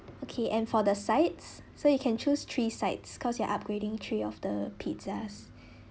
okay and for the sides so you can choose three sides because you're upgrading three of the pizzas